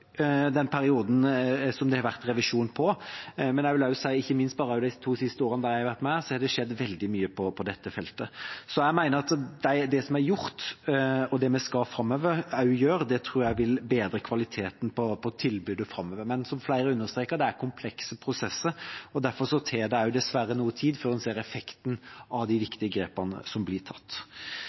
den perioden som det har vært revisjon på, og ikke minst bare de to siste årene, der jeg har vært med, har det skjedd veldig mye på dette feltet. Jeg mener at det som er gjort, og det vi skal gjøre også framover, vil bedre kvaliteten på tilbudet. Men som flere understreker: Det er komplekse prosesser, og derfor tar det også dessverre noe tid før en ser effekten av de viktige grepene som blir tatt.